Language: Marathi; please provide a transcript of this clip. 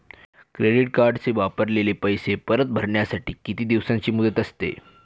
क्रेडिट कार्डचे वापरलेले पैसे परत भरण्यासाठी किती दिवसांची मुदत असते?